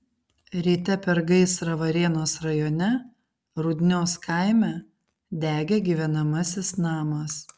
ryte per gaisrą varėnos rajone rudnios kaime degė gyvenamasis namas